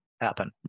happen